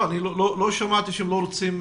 לא שמעתי שהם לא רוצים,